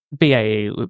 BAE